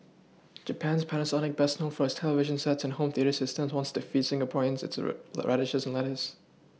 Japan's Panasonic best known for its television sets and home theatre systems wants to feed Singaporeans its re radishes and lettuce